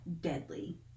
deadly